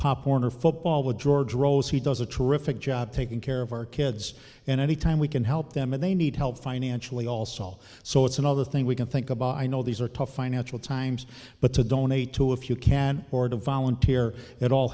pop warner football with george rose he does a terrific job taking care of our kids and any time we can help them and they need help financially also all so it's another thing we can think about i know these are tough financial times but to donate to if you can order volunteer at all